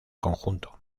conjunto